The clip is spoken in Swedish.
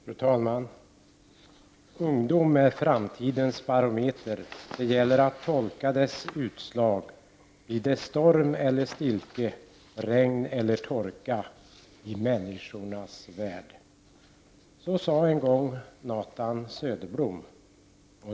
Fru talman! ”Ungdom är framtidens barometer. Det gäller att tolka dess utslag. Blir det storm eller stiltje, regn eller torka i människornas värld?” Så sade en gång Nathan Söderblom.